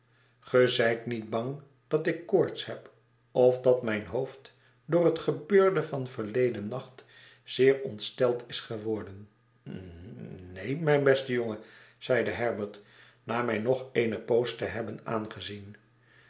niet bang dat ik koorts heb of dat mijn hoofd door het gebeurde van verleden nacht zeer ontsteld is geworden ne neen mijn beste jongen zeide herbert na mij nog eene poos te hebben aangezien